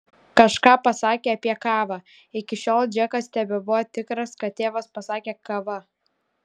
kažką pasakė apie kavą iki šiol džekas tebebuvo tikras kad tėvas pasakė kava